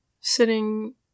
sitting